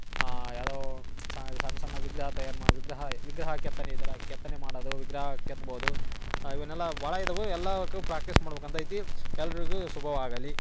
ಯಾವುದೋ ಸಣ್ಣ ಸಣ್ಣ ವಿಗ್ರಹ ತಯಾರು ಮಾ ವಿಗ್ರಹ ವಿಗ್ರಹ ಕೆತ್ತನೆ ಇದರ ಕೆತ್ತನೆ ಮಾಡೋದು ವಿಗ್ರಹ ಕೆತ್ಬೋದು ಇವನ್ನೆಲ್ಲ ಭಾಳ ಇದವು ಎಲ್ಲಾಕು ಪ್ರಾಕ್ಟೀಸ್ ಮಾಡ್ಬೆಕಂತೈತಿ ಎಲ್ಲರಿಗು ಶುಭವಾಗಲಿ